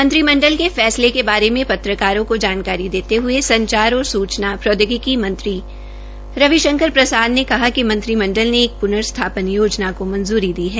मंत्रिमंडल के फैसले के बारे में पत्रकारों को जानकारी देते हुये संचार और सूचना प्रौद्योगिकी मंत्री रविशंकर प्रसाद ने कहा कि मंत्रिमंडल ने एक प्नर्स्थापन योजना को मंजूरी दी है